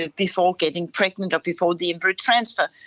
ah before getting pregnant or before the embryo transfer,